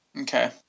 Okay